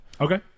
Okay